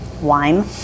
Wine